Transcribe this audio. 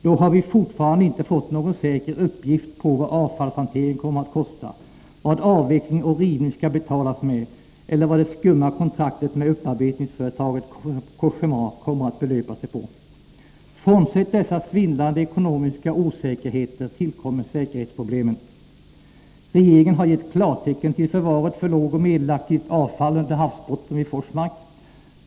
Vi har fortfarande inte fått någon säker uppgift om vad avfallshanteringen kommer att kosta, vad avveckling och rivning skall betalas med eller vad det skumma kontraktet med upparbetningsföretaget Cogéma kommer att belöpa sig på. Frånsett dessa svindlande ekonomiska osäkerheter tillkommer säkerhetsproblemen. Regeringen har gett klartecken till förvaret för lågoch medelaktivt avfall under havsbotten vid Forsmark.